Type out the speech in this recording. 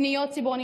פניות ציבור,